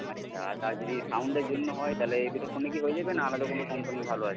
আচ্ছা আর তার যদি সাউন্ডের জন্য হয় তাহলে এই দুটো ফোনে কি হয়ে যাবে না আলাদা কোনো কম্পানি ভালো আছে